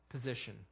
position